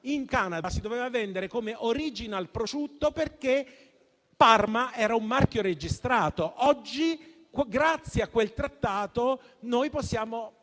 in Canada si doveva vendere come *original prosciutto*, perché Parma era un marchio registrato. Oggi, grazie a quel trattato, possiamo